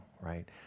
right